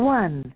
one